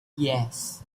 yes